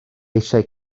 eisiau